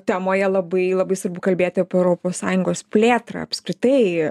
temoje labai labai svarbu kalbėti apie europos sąjungos plėtrą apskritai